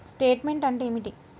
Statement అంటే ఏమిటి?